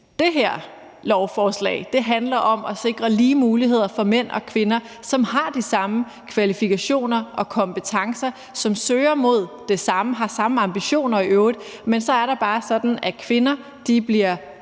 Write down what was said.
Det her lovforslag handler om at sikre lige muligheder for mænd og kvinder, som har de samme kvalifikationer og kompetencer, og som søger mod det samme og i øvrigt har samme ambitioner, men hvor det bare er sådan, at kvinder bliver